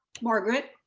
margaret.